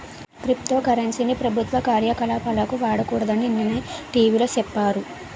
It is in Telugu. క్రిప్టో కరెన్సీ ని ప్రభుత్వ కార్యకలాపాలకు వాడకూడదని నిన్ననే టీ.వి లో సెప్పారు